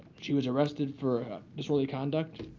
she was arrested for disorderly conduct.